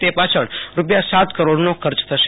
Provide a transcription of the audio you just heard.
તે પાછળ રૂપિયા સાત કરોડનો ખર્ચ થશે